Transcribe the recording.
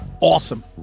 Awesome